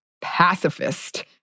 pacifist